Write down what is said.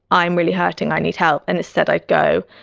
i'm really hurting. i need help. and instead i'd go,